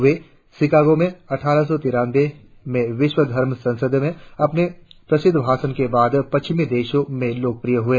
वे Chicago में अट्ठारह सौ तिरानंबे में विश्व धर्म संसद में अपने प्रसिद्ध भाषण के बाद पश्चिमी देशों में लोकप्रिय हुए